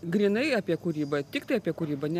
grynai apie kūrybą tiktai apie kūrybą ne